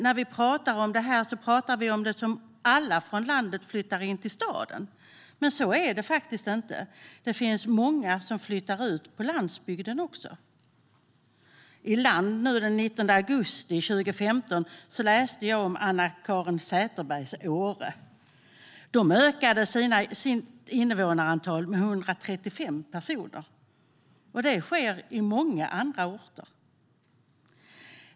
När vi pratar om detta är det som om alla från landet flyttar in till staden, men så är det faktiskt inte. Det finns många som flyttar ut på landsbygden också. I tidningen Land den 19 augusti 2015 läste jag om ledamoten Anna-Caren Sätherbergs Åre. De ökade sitt invånarantal med 135 personer. Detta sker även på många andra orter.